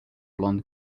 blond